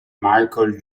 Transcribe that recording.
michael